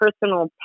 personal